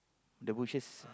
the bushes